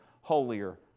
holier